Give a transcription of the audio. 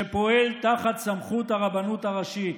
שפועל תחת סמכות הרבנות הראשית.